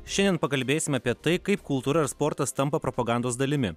šiandien pakalbėsime apie tai kaip kultūra ir sportas tampa propagandos dalimi